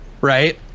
right